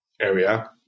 area